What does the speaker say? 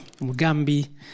Mugambi